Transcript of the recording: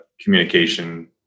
communication